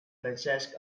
francesc